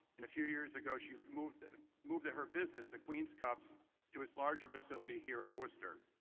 and a few years ago, she moved ah moved her business to queens cups to its larger facility here in worcester.